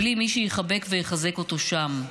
בלי מי שיחבק ויחזק אותו שם.